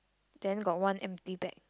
then got one empty bag